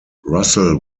russell